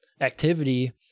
activity